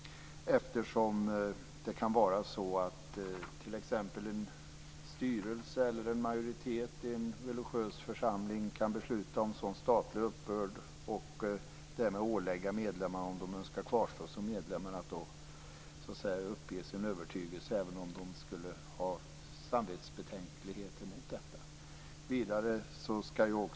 En styrelse eller en majoritet i en religiös församling kan t.ex. besluta om en sådan statlig uppbörd och därmed ålägga medlemmar att uppge sin övertygelse även om de skulle ha samvetsbetänkligheter mot detta om de önskar kvarstå som medlemmar.